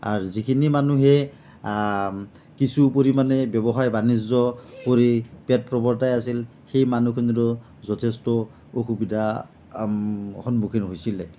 আৰু যিখিনি মানুহে কিছু পৰিমাণে ব্যৱসায় বাণিজ্য কৰি পেট প্ৰৱৰ্তাই আছিল সেই মানুহখিনিৰো যথেষ্ট অসুবিধাৰ সন্মুখীন হৈছিলে